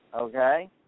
Okay